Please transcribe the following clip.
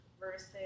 versus